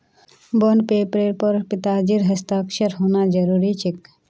bond पेपरेर पर पिताजीर हस्ताक्षर होना जरूरी छेक